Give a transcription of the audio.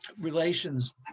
relations